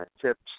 tips